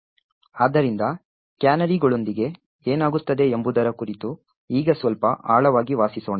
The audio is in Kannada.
ಆದ್ದರಿಂದ ಕ್ಯಾನರಿಗಳೊಂದಿಗೆ ಏನಾಗುತ್ತದೆ ಎಂಬುದರ ಕುರಿತು ಈಗ ಸ್ವಲ್ಪ ಆಳವಾಗಿ ವಾಸಿಸೋಣ